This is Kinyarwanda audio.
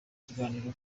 ikiganiro